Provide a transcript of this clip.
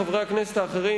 חברי הכנסת האחרים,